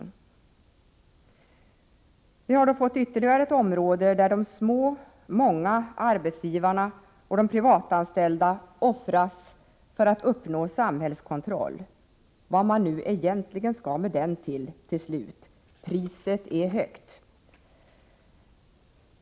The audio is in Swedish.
Vi har då fått ytterligare ett område där de små, många arbetsgivarna och de privatanställda offras för att man skall uppnå samhällskontroll — vad man egentligen till slut skall med den till. Och priset är högt.